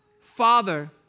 Father